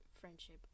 friendship